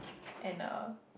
and a